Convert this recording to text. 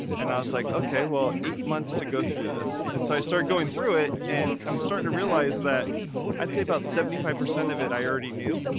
and i was like, okay, well, eight months to go through this. and so i started going through it and i'm starting to realize that i'd say about seventy five percent of it, i already knew.